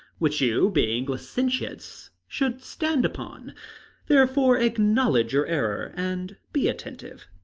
which you, being licentiates, should stand upon therefore acknowledge your error, and be attentive.